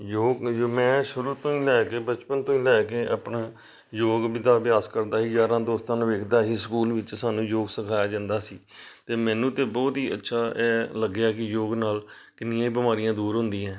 ਯੋਗ ਮੈਂ ਸ਼ੁਰੂ ਤੋਂ ਲੈ ਕੇ ਬਚਪਨ ਤੋਂ ਹੀ ਲੈ ਕੇ ਹੀ ਆਪਣੇ ਯੋਗ ਦਾ ਅਭਿਆਸ ਕਰਦਾ ਸੀ ਯਾਰਾਂ ਦੋਸਤਾਂ ਨੂੰ ਦੇਖਦਾ ਹੀ ਸਕੂਲ ਵਿੱਚ ਸਾਨੂੰ ਯੋਗ ਸਿਖਾਇਆ ਜਾਂਦਾ ਸੀ ਅਤੇ ਮੈਨੂੰ ਤਾਂ ਬਹੁਤ ਹੀ ਅੱਛਾ ਲੱਗਿਆ ਕਿ ਯੋਗ ਨਾਲ ਕਿੰਨੀਆਂ ਹੀ ਬਿਮਾਰੀਆਂ ਦੂਰ ਹੁੰਦੀਆਂ